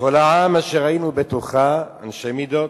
וכל העם אשר ראינו בתוכה אנשי מידות.